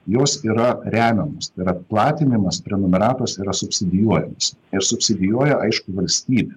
jos yra remiamos tai yra platinimas prenumeratos yra subsidijuojamas ir subsidijuoja aišku valstybė